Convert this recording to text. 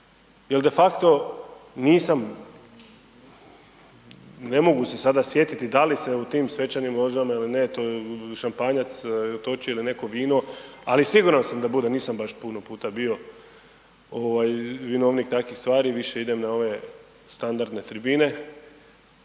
jer de facto nisam, ne mogu se sada sjetiti da li se u tim svečanim ložama ili ne, to je šampanjac toči ili neko vino, ali siguran sam da bude, nisam baš puno puta bio, vinovnik takvih stvari, više idem na ove standardne tribine,